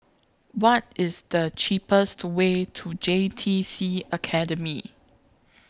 What IS The cheapest Way to J T C Academy